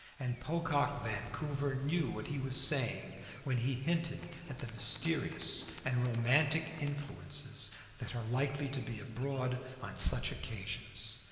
and pocock vancouver knew what he was saying when he hinted at the mysterious and romantic influences that are likely to be abroad on such occasions.